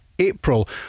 April